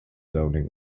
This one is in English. zoning